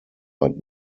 bad